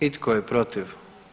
I tko je protiv?